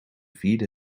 vierde